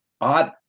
odd